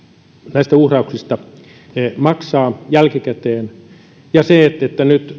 näistä uhrauksista maksaa jälkikäteen ja samoin se että nyt